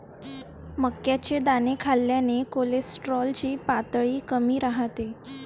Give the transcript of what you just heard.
मक्याचे दाणे खाल्ल्याने कोलेस्टेरॉल ची पातळी कमी राहते